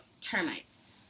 termites